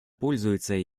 пользуются